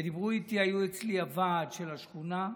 ודיברו איתי, היו אצלי הוועד של השכונה.